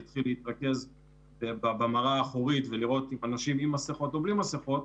יתחיל להתרכז במראה האחורית ולראות אם האנשים הם עם או בלי מסכות,